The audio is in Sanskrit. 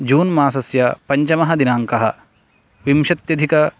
जून् मासस्य पञ्चमदिनाङ्कः विंशत्यधिक